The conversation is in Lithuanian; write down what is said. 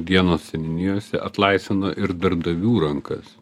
dienos seniūnijose atlaisvino ir darbdavių rankas